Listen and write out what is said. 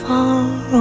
Far